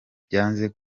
byanze